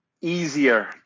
easier